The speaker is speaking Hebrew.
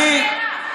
אני מקשיבה.